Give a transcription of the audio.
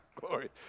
Glory